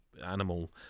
animal